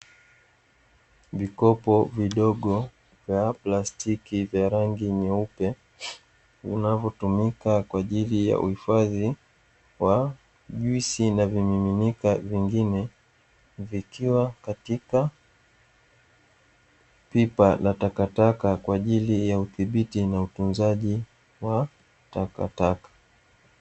Vikopo vidogo vya plastiki vya rangi nyeupe vinavyotumika kwa ajili ya uhifadhi wa juisi na vimiminika vingine, vikiwa katika pipa la takataka kwa ajili ya udhibiti na utunzaji wa takataka.